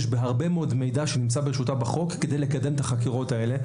בהרבה מאוד מידע שנמצא ברשותה בחוק כדי לקדם את החקירות האלה.